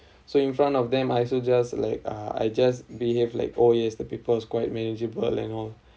so in front of them I also just like uh I just behave like oh yes the paper was quite manageable and all